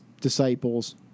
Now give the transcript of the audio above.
disciples